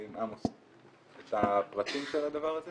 עמוס, את הפרטים של הדבר הזה?